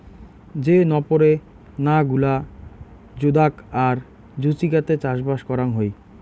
যে নপরে না গুলা জুদাগ আর জুচিকাতে চাষবাস করাং হই